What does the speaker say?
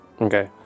Okay